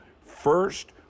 first